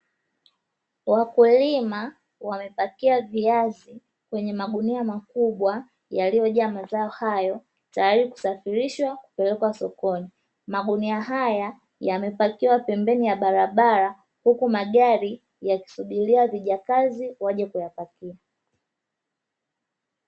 Wakulima wamepakia viazi kwenye magunia makubwa yaliyojaa mazao hayo tayari kusafirishwa kupelekwa sokoni, magunia haya yamepakiwa pembeni ya barabara huku magari yakisubiria vijakazi waje kuyapakia.